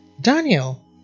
Daniel